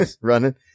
Running